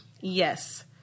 Yes